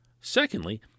Secondly